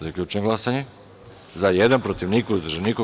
Zaključujem glasanje: za – jedan, protiv – niko, uzdržanih – nema.